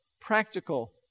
practical